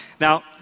Now